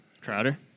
Crowder